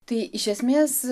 tai iš esmės